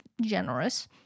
generous